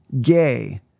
gay